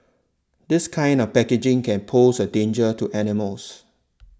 this kind of packaging can pose a danger to animals